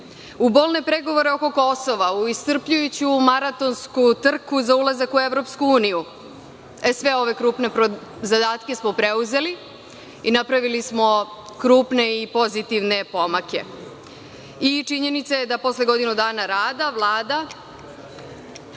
u bolne pregovore oko Kosova, u iscrpljujuću maratonsku trku za ulazak u EU. Sve ove krupne zadatke smo preuzeli i napravili smo krupne i pozitivne pomake. Činjenica je da posle godinu dana rada, Vlada